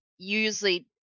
usually